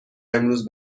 امروز